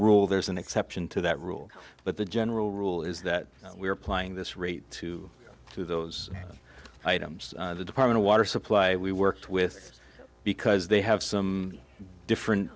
rule there's an exception to that rule but the general rule is that we are applying this rate to through those items the department of water supply we worked with because they have some different